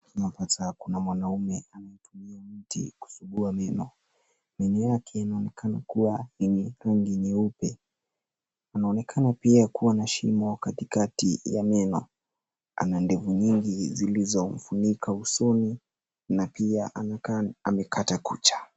Unapata kuna mwanaume unatumia miti kusugua meno. Meno yake inaoneknana kuwa yenye rangi nyeupe. Anaonekana pia kuwa na shimo katikati ya meno ana ndevu nyingi zilizo mfunika usoni na pia anakaa amekata kucha.